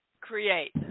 Create